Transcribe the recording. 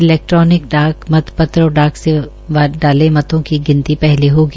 electronic डाक मत त्र और डाक से डाले मतों की गिनती हले होगी